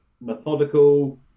methodical